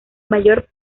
mayor